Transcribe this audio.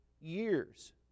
years